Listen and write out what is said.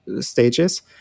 stages